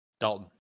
Dalton